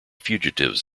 fugitives